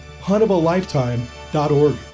Huntofalifetime.org